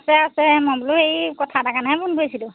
আছে আছে মই বোলো হেৰি কথা এটাৰ কাৰণেহে ফোন কৰিছিলোঁ